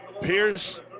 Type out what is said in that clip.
Pierce